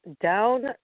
down